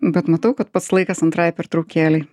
bet matau kad pats laikas antrai pertraukėlei